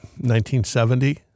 1970